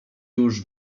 już